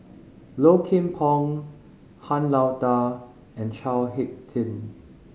Low Kim Pong Han Lao Da and Chao Hick Tin